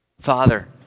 Father